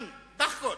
fun, דאחקות.